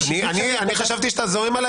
היה פורים -- איזה מזל שיש פורים.